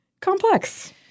complex